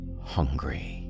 hungry